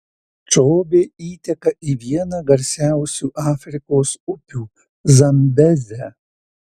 čobė įteka į vieną garsiausių afrikos upių zambezę